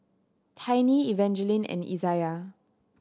Tiny Evangeline and Izayah